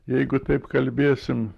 jeigu taip kalbėsim